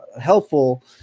helpful